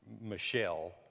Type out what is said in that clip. Michelle